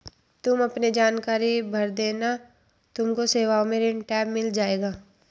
तुम अपने जानकारी भर देना तुमको सेवाओं में ऋण टैब मिल जाएगा